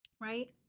right